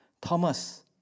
Thomas